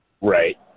right